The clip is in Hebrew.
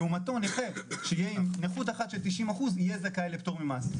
לעומתו נכה שיהיה עם נכות אחת של 90 אחוז יהיה זכאי לפטור ממס.